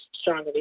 stronger